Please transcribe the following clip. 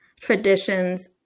traditions